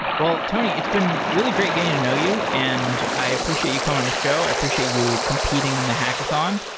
well, tony, it's been really great getting to know you and i appreciate you coming on the show. i appreciate you competing in the hackathon.